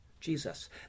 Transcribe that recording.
Jesus